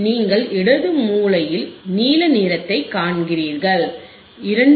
நீங்கள் இடது மூலையில் நீல நிறத்தைக் காண்கிறீர்கள் 2